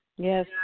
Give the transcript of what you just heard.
Yes